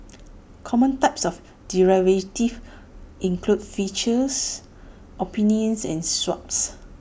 common types of derivatives include futures options and swaps